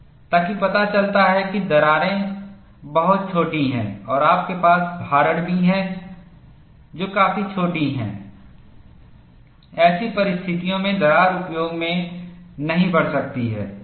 ताकि पता चलता है कि दरारें बहुत छोटी हैं और आपके पास भारण भी है जो काफी छोटी है ऐसी परिस्थितियों में दरार उपयोग में नहीं बढ़ सकती है